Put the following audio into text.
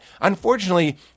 Unfortunately